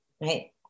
right